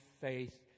faith